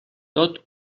tot